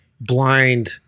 blind –